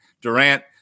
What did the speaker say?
Durant